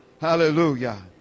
Hallelujah